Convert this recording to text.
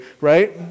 Right